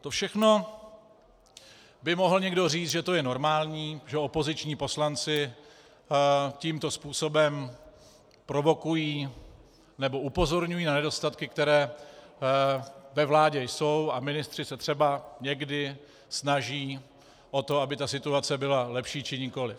To všechno by mohl někdo říct, že to je normální, že opoziční poslanci tímto způsobem provokují nebo upozorňují na nedostatky, které ve vládě jsou, a ministři se třeba někdy snaží o to, aby ta situace byla lepší či nikoliv.